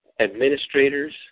Administrators